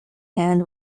hand